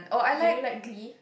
do you like Glee